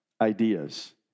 ideas